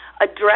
address